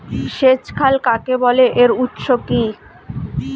সেচ খাল কাকে বলে এর উৎস কি?